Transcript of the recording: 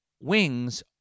wings